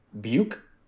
buke